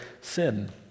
sin